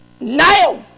Now